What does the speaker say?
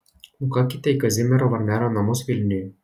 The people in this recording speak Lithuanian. nukakite į kazimiero varnelio namus vilniuje